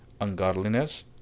ungodliness